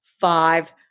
five